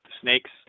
snakes